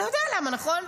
אתה יודע למה, נכון?